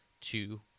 two